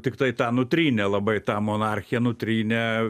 tiktai tą nutrynė labai tą monarchiją nutrynė